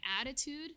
attitude